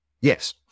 Yes